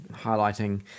highlighting